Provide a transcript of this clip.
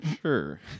Sure